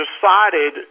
decided